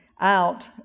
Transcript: out